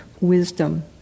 wisdom